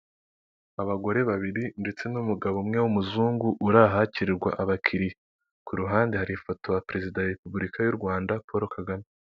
Abagore babiri ndetse n'umugabo umwe w'umuzungu, uri ahakirirwa abakiriyaKu ruhande hari ifoto ya perezida wa repubulika y'u Rwanda, Paul Kagame.